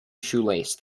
shoelace